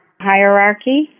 hierarchy